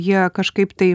jie kažkaip tai